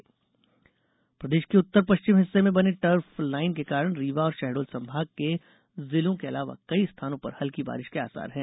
मौसम प्रदेश के उत्तर पश्चिम हिस्से में बने ट्रफ लाइन के कारण रीवा और शहडोल संभाग के जिलों के अलावा कई स्थानों पर हल्की बारिश के आसार है